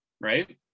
Right